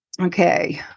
Okay